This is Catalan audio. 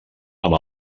amb